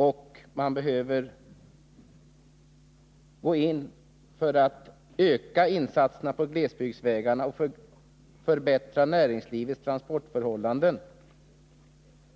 Och man behöver gå in för att utöka insatserna på glesbygdsvägarna, förbättra näringslivets transportförhållanden